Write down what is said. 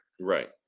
Right